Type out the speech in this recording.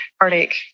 heartache